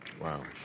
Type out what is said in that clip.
Wow